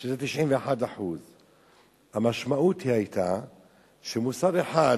שזה 91%. המשמעות היתה שמוסד אחד